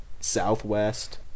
southwest